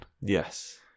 Yes